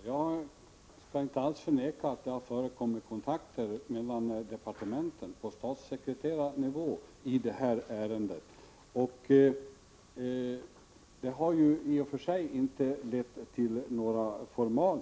Herr talman! Jag skall inte alls förneka att det har förekommit kontakter på statssekreterarnivå mellan departementen. Men detta har i och för sig inte lett till några formella